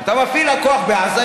אתה מפעיל את הכוח בעזה,